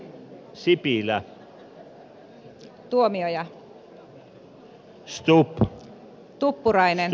arvoisa puhemies